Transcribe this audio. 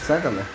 ಸಾಕಲ್ಲ